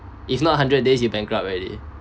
if not hundred days you bankrupt already